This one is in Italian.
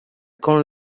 con